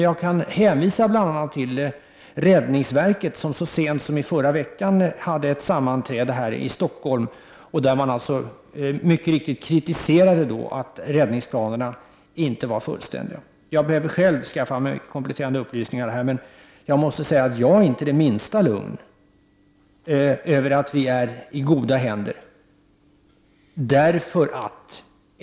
Jag kan hänvisa bl.a. till räddningsverket som så sent som i förra veckan hade ett sammanträde här i Stockholm, där man mycket riktigt kritiserade att räddningsplanerna inte var fullständiga. Jag behöver själv skaffa mig kompletterande upplysningar i denna fråga, men jag måste säga att jag inte är det minsta lugn över att vi är i goda händer.